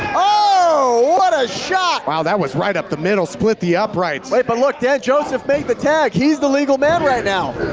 oh! what a shock! wow, that was right up the middle, split the uprights. right but look, dan joseph made the tag, he's the legal man right now.